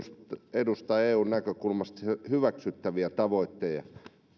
edustaa eun näkökulmasta hyväksyttäviä